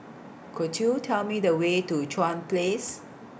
Could YOU Tell Me The Way to Chuan Place